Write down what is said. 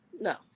No